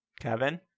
Kevin